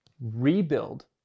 rebuild